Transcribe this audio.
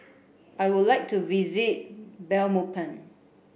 I would like to visit Belmopan